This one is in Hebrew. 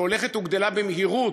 שהולכת וגדלה במהירות,